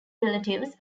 relatives